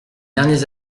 derniers